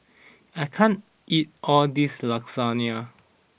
I can't eat all this Lasagna